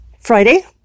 Friday